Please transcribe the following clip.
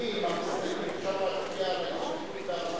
מצביעים על הצעת הוועדה,